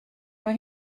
mae